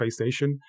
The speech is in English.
playstation